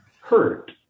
hurt